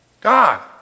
God